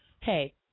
Hey